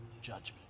judgment